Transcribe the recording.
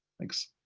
thanks.